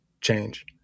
change